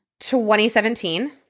2017